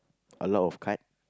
a lot of card